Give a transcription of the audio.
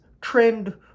trend